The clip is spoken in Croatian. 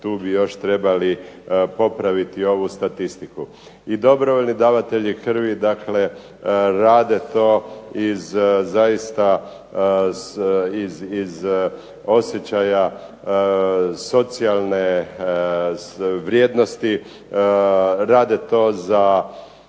tu bi još trebali popraviti tu statistiku. I dobrovoljni davatelji krvi rade to iz osjećaja socijalne vrijednosti, rade to za